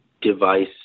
device